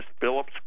Phillips